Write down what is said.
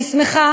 אני שמחה